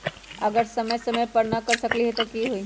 अगर समय समय पर न कर सकील त कि हुई?